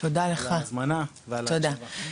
על ההזמנה ועל ההקשבה.